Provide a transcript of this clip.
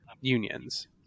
unions